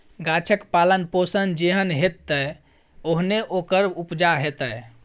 गाछक पालन पोषण जेहन हेतै ओहने ओकर उपजा हेतै